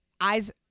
eyes